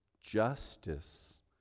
justice